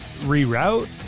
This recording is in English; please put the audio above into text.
reroute